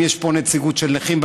אם יש פה נציגות של נכים,